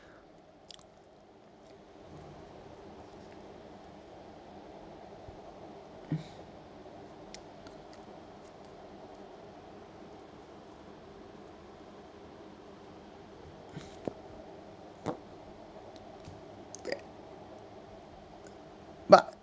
but